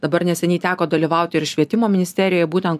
dabar neseniai teko dalyvauti ir švietimo ministerijoj būtent